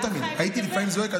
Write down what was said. היה לך, הייתי לפעמים זועק.